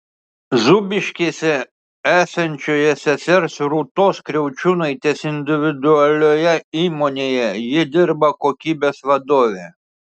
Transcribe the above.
zūbiškėse esančioje sesers rūtos kriaučiūnaitės individualioje įmonėje ji dirba kokybės vadove